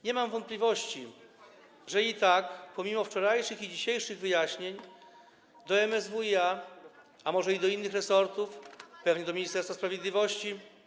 Nie mam wątpliwości, że i tak, pomimo wczorajszych i dzisiejszych wyjaśnień, do MSWiA, a może i do innych resortów, pewnie do Ministerstwa Sprawiedliwości.